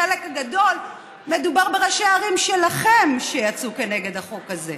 בחלק גדול מדובר בראשי הערים שלכם שיצאו כנגד החוק הזה.